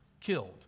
killed